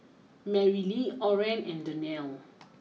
Merrilee Oren and Danelle